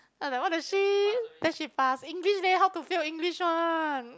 then I like !what the shit! then she passed English leh how to fail English one